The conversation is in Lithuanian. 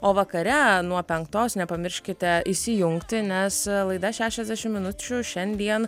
o vakare nuo penktos nepamirškite įsijungti nes laida šešiasdešimt minučių šiandien